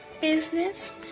business